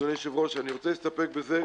אדוני היושב-ראש, אני רוצה להסתפק בזה,